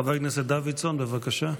חבר הכנסת דוידסון, בבקשה.